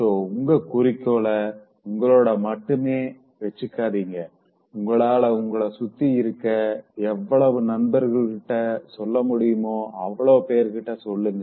so உங்க குறிக்கோள உங்களோட மட்டும் வச்சுக்காதீங்க உங்களால உங்கள சுத்தி இருக்க எவ்வளோ நண்பர்கள்கிட்ட சொல்லமுடியுமா அவளோ பேர் கிட்ட சொல்லுங்க